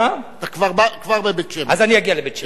אז אני אגיע לבית-שמש.